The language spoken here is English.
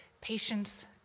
patience